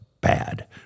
bad